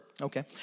okay